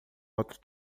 outro